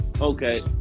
Okay